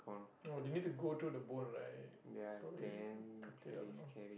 oh they need to go through the bone right probably cut it up and all